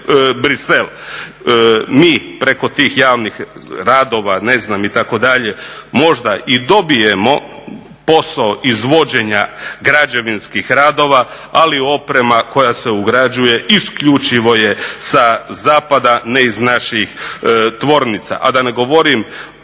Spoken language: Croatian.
Mi preko tih javnih radova, ne znam itd. možda i dobijemo posao izvođenja građevinskih radova. Ali oprema koja se ugrađuje isključivo je sa zapada ne iz naših tvornica,